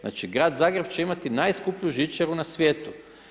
Znači, grad Zagreb će imati najskuplju žičaru na svijetu.